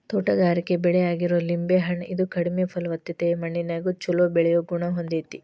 ತೋಟಗಾರಿಕೆ ಬೆಳೆ ಆಗಿರೋ ಲಿಂಬೆ ಹಣ್ಣ, ಇದು ಕಡಿಮೆ ಫಲವತ್ತತೆಯ ಮಣ್ಣಿನ್ಯಾಗು ಚೊಲೋ ಬೆಳಿಯೋ ಗುಣ ಹೊಂದೇತಿ